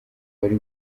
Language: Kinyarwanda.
wari